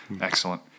Excellent